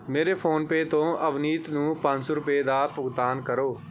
ਮੇਰੇ ਫੋਨਪੇ ਤੋਂ ਅਵਨੀਤ ਨੂੰ ਪੰਜ ਸੌ ਰੁਪਏ ਦਾ ਭੁਗਤਾਨ ਕਰੋ